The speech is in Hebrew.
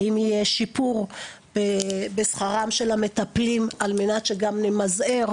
האם יש שיפור בשכרם של המטפלים על מנת שגם נמזער,